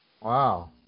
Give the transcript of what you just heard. Wow